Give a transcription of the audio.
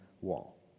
wall